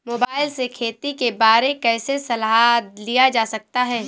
Mobile से खेती के बारे कैसे सलाह लिया जा सकता है?